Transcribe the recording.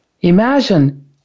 imagine